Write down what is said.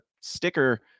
sticker